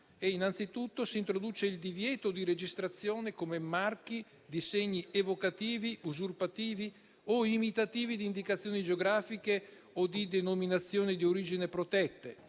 Innanzitutto, si introduce il divieto di registrazione come marchi di segni evocativi, usurpativi o imitativi di indicazioni geografiche o di denominazioni di origine protetta,